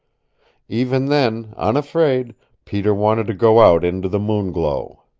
even then unafraid peter wanted to go out into the moon glow!